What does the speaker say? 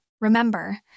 Remember